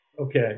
Okay